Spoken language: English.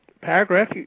paragraph